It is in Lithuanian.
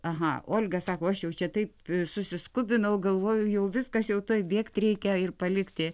aha olga sako aš jau čia taip susiskubinau galvojau jau viskas jau tuoj bėgt reikia ir palikti